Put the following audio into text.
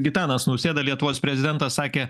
gitanas nausėda lietuvos prezidentas sakė